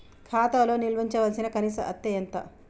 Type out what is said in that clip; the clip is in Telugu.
ఖాతా లో నిల్వుంచవలసిన కనీస అత్తే ఎంత?